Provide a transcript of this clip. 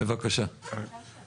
בבקשה.